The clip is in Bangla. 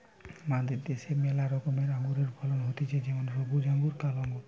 আমাদের দ্যাশে ম্যালা রকমের আঙুরের ফলন হতিছে যেমন সবুজ আঙ্গুর, কালো আঙ্গুর